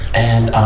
and, um,